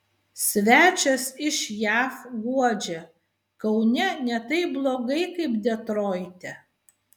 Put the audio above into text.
svečias iš jav guodžia kaune ne taip blogai kaip detroite